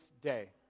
day